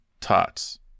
tots